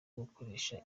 gukoresha